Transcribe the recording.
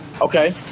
Okay